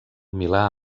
milà